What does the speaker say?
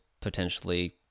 potentially